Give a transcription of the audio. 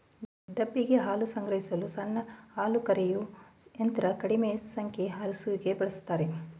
ಡಬ್ಬಿಗೆ ಹಾಲು ಸಂಗ್ರಹಿಸಲು ಸಣ್ಣ ಹಾಲುಕರೆಯೋ ಯಂತ್ರನ ಕಡಿಮೆ ಸಂಖ್ಯೆ ಹಸುಗೆ ಬಳುಸ್ತಾರೆ